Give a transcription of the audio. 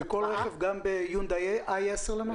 בכל רכב גם ביונדאי i10 למשל?